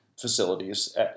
facilities